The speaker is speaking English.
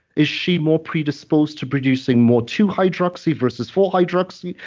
is she more predisposed to producing more twohydroxy versus four-hydroxy,